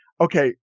Okay